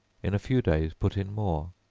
in a few days put in more.